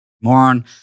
moron